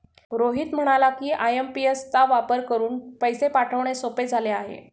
रोहित म्हणाला की, आय.एम.पी.एस चा वापर करून पैसे पाठवणे सोपे झाले आहे